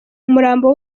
umurambo